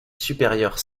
supérieure